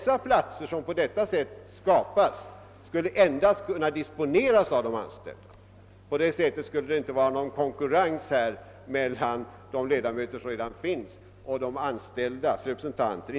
De platser som på detta sätt skapas skulle endast kunna disponeras av de anställda. Det skulle medföra att det inte blev någon konkurrens mellan de ledamöter som redan finns och de anställdas representanter.